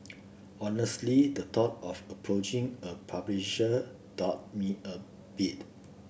honestly the thought of approaching a publisher daunt me a bit